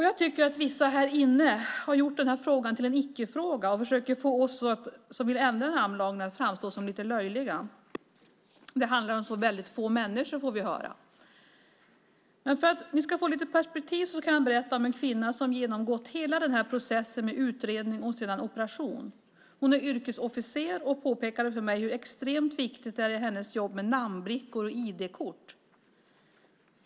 Jag tycker att vissa här har gjort denna fråga till en icke-fråga och försöker att få oss som vill ändra namnlagen att framstå som lite löjliga. Det handlar om så väldigt få människor, får vi höra. Men för att ni ska få lite perspektiv på detta kan jag berätta om en kvinna som har genomgått hela denna process med utredning och sedan operation. Hon är yrkesofficer och påpekade för mig hur extremt viktigt det är i hennes jobb med namnbrickor och ID-kort.